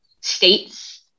states